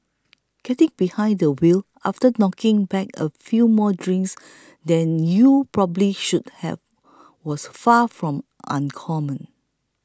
getting behind the wheel after knocking back a few more drinks than you probably should have was far from uncommon